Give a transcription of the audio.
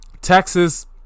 Texas